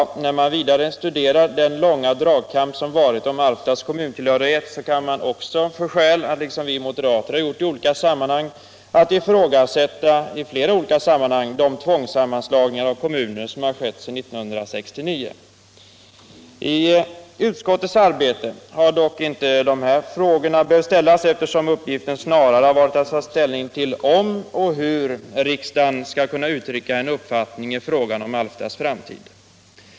När man vidare studerar den långa dragkamp som har försiggått om Alftas kommuntillhörighet, kan man också — liksom vi moderater har gjort i olika sammanhang — finna skäl att ifrågasätta de tvångssammanslagningar av kommuner som har skett sedan 1969. I utskottets arbete har dock inte dessa frågor behövt ställas, eftersom uppgiften snarare har varit att ta ställning till om och hur riksdagen skall kunna uttrycka en uppfattning beträffande Alftas framtid.